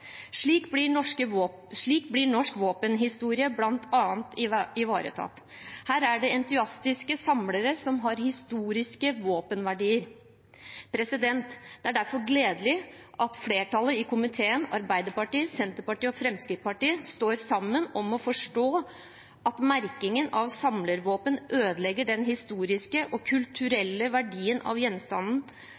slik blir norsk våpenhistorie bl.a. ivaretatt. Her er det entusiastiske samlere, som har historiske våpenverdier. Det er derfor gledelig at flertallet i komiteen, Arbeiderpartiet, Senterpartiet og Fremskrittspartiet, står sammen om å forstå at merking av samlervåpen ødelegger den historiske og kulturelle verdien av gjenstanden